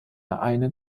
eine